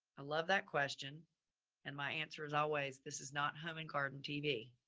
i love that question and my answer is always this is not home and garden tv.